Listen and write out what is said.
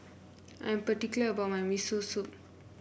I am particular about my Miso Soup